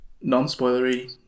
non-spoilery